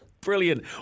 Brilliant